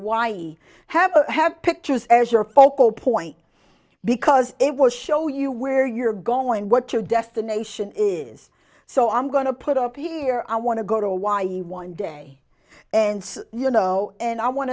have have pictures as your focal point because it will show you where you're going what your destination is so i'm going to put up here i want to go to hawaii one day and you know and i want